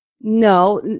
No